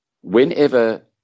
Whenever